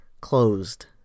closed